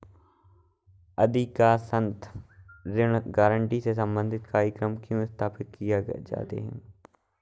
अधिकांशतः ऋण गारंटी से संबंधित कार्यक्रम क्यों स्थापित किए जाते हैं?